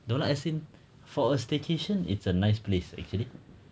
no lah as in for a staycation it's a nice place actually